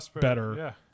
better